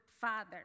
father